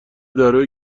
داروی